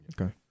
Okay